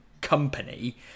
company